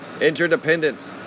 Interdependent